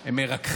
נאור, הם מרככים.